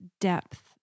depth